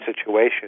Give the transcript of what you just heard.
situation